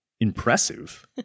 Impressive